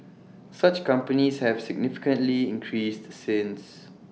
such companies have significantly increased since